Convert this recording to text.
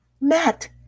Matt